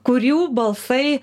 kur jų balsai